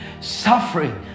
suffering